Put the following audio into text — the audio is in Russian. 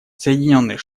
соединенные